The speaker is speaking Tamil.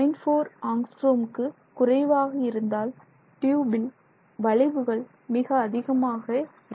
4 ஆம்ஸ்ட்ராங்குக்கு குறைவாக இருந்தால் டியூபில் வளைவுகள் மிக அதிகமாக இருக்கும்